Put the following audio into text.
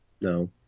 No